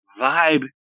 vibe